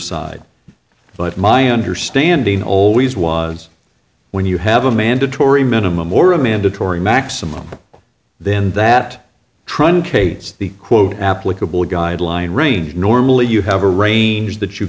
side but my understanding always was when you have a mandatory minimum or a mandatory maximum then that truncates the quote applicable guideline range normally you have a range that you